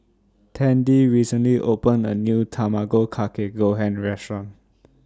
Tandy recently opened A New Tamago Kake Gohan Restaurant